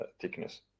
thickness